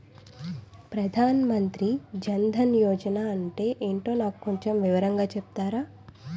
ప్రధాన్ మంత్రి జన్ దన్ యోజన అంటే ఏంటో నాకు కొంచెం వివరంగా చెపుతారా?